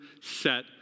set